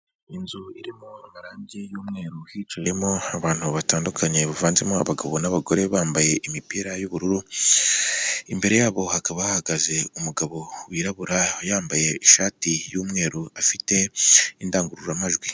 Inzu irimo amarangi y'umweru, hicayemo abantu batandukanye bavanzemo abagabo n'abagore bambaye imipira y'ubururu, imbere yabo hakaba hahagaze umugabo wirabura, yambaye ishati y'umweru afite indangururamajwi.